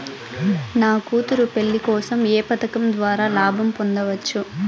నా కూతురు పెళ్లి కోసం ఏ పథకం ద్వారా లాభం పొందవచ్చు?